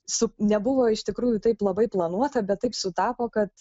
su nebuvo iš tikrųjų taip labai planuota bet taip sutapo kad